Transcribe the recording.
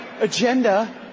agenda